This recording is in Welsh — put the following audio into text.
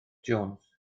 jones